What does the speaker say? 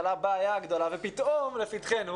על הבעיה הגדולה ופתאום לפתחנו